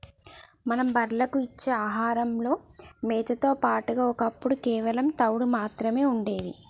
మనం బర్రెలకు ఇచ్చే ఆహారంలో మేతతో పాటుగా ఒప్పుడు కేవలం తవుడు మాత్రమే ఉండేది